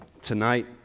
tonight